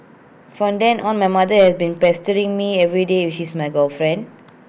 from then on my mother has been pestering me everyday if she's my girlfriend